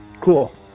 Cool